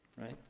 right